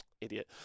idiot